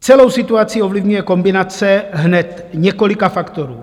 Celou situaci ovlivňuje kombinace hned několika faktorů.